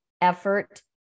effort